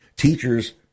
Teachers